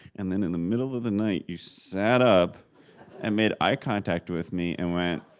and then in the middle of the night you sat up and made eye contact with me and went,